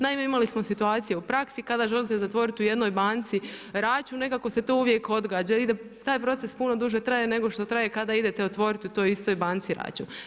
Naime imali smo situaciju u praksi kada želite zatvoriti u jednoj banci račun, nekako se to uvijek odgađa jer taj proces puno duže traje nego što traje nego što traje kada idete otvoriti u toj istoj banci račun.